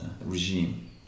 regime